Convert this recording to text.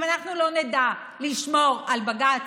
אם אנחנו לא נדע לשמור על בג"ץ,